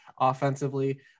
offensively